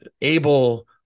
able